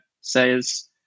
says